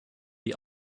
die